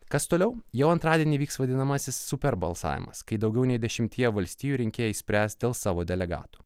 kas toliau jau antradienį vyks vadinamasis super balsavimas kai daugiau nei dešimtyje valstijų rinkėjai spręs dėl savo delegatų